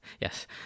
yes